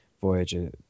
Voyager